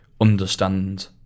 understand